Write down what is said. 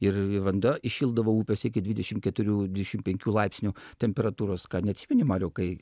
ir vanduo įšildavo upės iki dvidešimt keturių dvidešimt penkių laipsnių temperatūros ką neatsimeni mariau kai